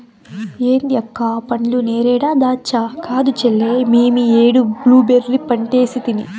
ఏంది అక్క ఆ పండ్లు నేరేడా దాచ్చా కాదు చెల్లే మేమీ ఏడు బ్లూబెర్రీ పంటేసితిని